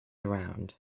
around